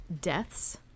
Deaths